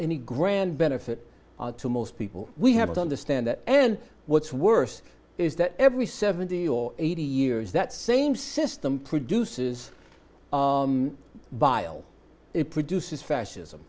any grand benefit to most people we have to understand that and what's worse is that every seventy or eighty years that same system produces bile it produces fascism